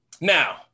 now